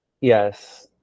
yes